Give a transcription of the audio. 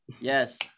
Yes